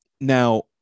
now